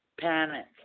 panic